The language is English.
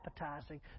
appetizing